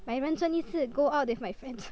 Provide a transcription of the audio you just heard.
my 人生一次 go out with my friends